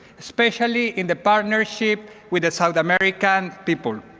especially in the partnership with the south american people.